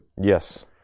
Yes